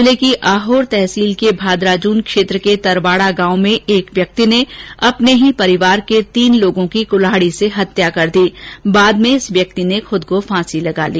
जिले की आहोर तहसील के भाद्राजून क्षेत्र के तरवाड़ा गांव में एक व्यक्ति ने अपने ही परिवार के तीन लोगों की कुल्हाड़ी से हत्या कर दी बाद में इस व्यक्ति ने खुद को फांसी लगा ली